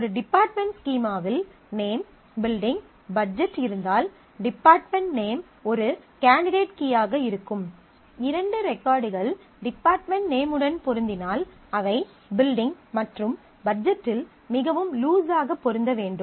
ஒரு டிபார்ட்மென்ட் ஸ்கீமாவில் name building budget இருந்தால் டிபார்ட்மென்ட் நேம் ஒரு கேண்டிடேட் கீயாக இருக்கும் இரண்டு ரெகார்ட்கள் டிபார்ட்மென்ட் நேமுடன் பொருந்தினால் அவை பில்டிங் மற்றும் பட்ஜெட்டில் மிகவும் லூஸ் ஆக பொருந்த வேண்டும்